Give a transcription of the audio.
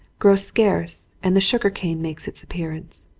grows scarce and the sugar cane makes its appearance.